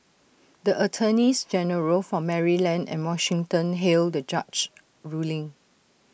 the attorneys general for Maryland and Washington hailed the judge's ruling